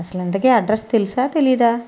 అసలు ఇంతకీ అడ్రస్ తెలుసా తెలీదా